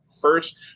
first